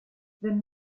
wenn